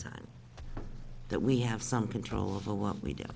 time that we have some control over what we do